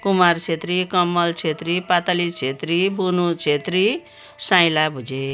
Kumar Chhetri Kamal Chhetri Patali Chhetri Bunu Chhetri Sainla Bhujel